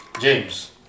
James